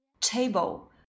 table